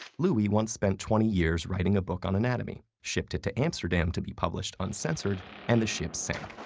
louis once spent twenty years writing a book on anatomy, shipped it to amsterdam to be published uncensored, and the ship sank.